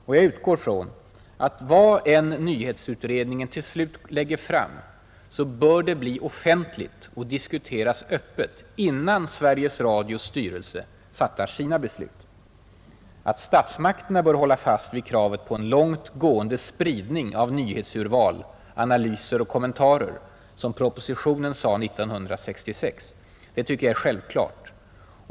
Och jag utgår från att vad än nyhetsutredningen till slut lägger fram så bör det bli offentligt och diskuteras öppet innan Sveriges Radios styrelse fattar sina beslut. Att statsmakterna bör hålla fast vid kravet på ”en långt gående spridning av nyhetsurval, analyser och kommentarer”, som propositionen sade 1966, är självklart.